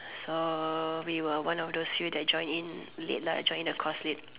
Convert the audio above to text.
so we were one of those few that join in late lah join the course late